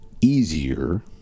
easier